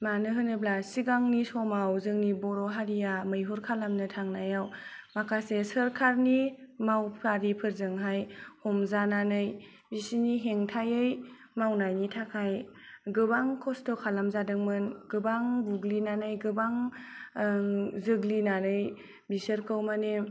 मानो होनोब्ला सिगांनि समाव जोंनि बर' हारिया मैहुर खालामनो थांनायाव माखासे सोरखारनि मावफारि फोरजोंहाय हमजानानै बिसिनि हेंथायै मावनायनि थाखाय गोबां खस्थ' खालाम जादोंमोन गोबां बुग्लिनानै गोबां जोग्लिनानै बिसोरखौ मानि